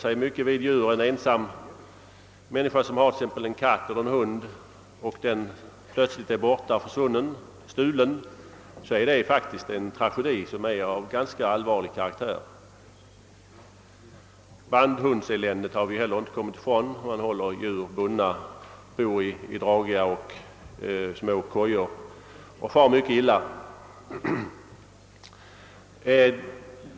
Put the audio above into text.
I synnerhet om en ensam människa har en katt eller en hund och djuret blir stulet, är det en ganska allvarlig tragedi. Bandhundseländet har vi heller inte kommit från i Sverige. Man håller djuret bundna vid kojor, där de far mycket illa.